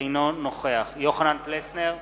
אינו נוכח יוחנן פלסנר,